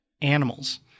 animals